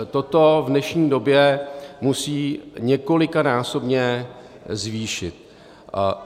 Toto v dnešní době musí několikanásobně zvýšit.